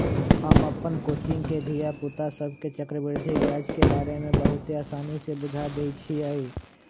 हम अप्पन कोचिंग के धिया पुता सभके चक्रवृद्धि ब्याज के बारे में बहुते आसानी से बुझा देइछियइ